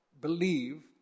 believe